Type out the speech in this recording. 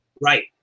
right